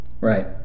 Right